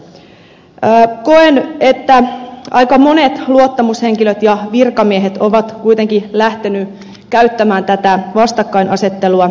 koen että aika monet luottamushenkilöt ja virkamiehet ovat kuitenkin lähteneet käyttämään tätä vastakkainasettelua